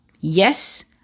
Yes